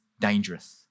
dangerous